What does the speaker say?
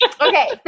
Okay